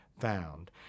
found